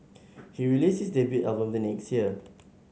he released his debut album the next year